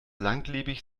langlebig